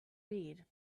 read